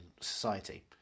society